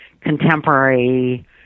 contemporary